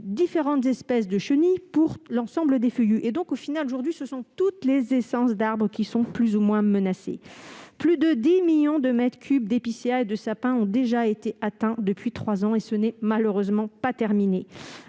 différentes espèces de chenilles pour l'ensemble des feuillus. Au final, aujourd'hui, toutes les essences d'arbre sont plus ou moins menacées. Plus de 10 millions de mètres cubes d'épicéas et de sapins ont déjà été atteints depuis trois ans, et ce n'est malheureusement pas terminé.